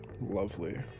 Lovely